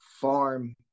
farm